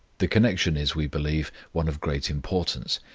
the connection is, we believe, one of great importance,